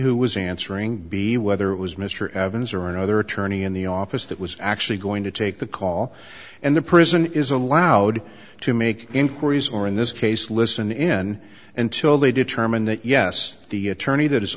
who was answering b whether it was mr evans or another attorney in the office that was actually going to take the call and the prison is allowed to make inquiries or in this case listen in until they determine that yes the attorney that i